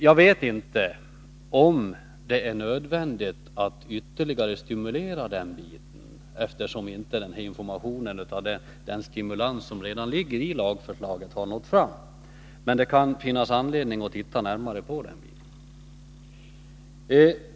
Jag vet inte om det är nödvändigt att ytterligare stimulera den biten, eftersom informationen om den stimulans som redan ligger i lagförslaget inte har nått fram, men det kan finnas anledning att titta närmare på detta.